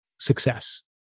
success